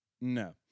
No